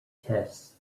tests